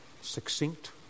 succinct